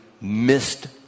missed